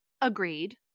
agreed